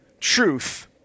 truth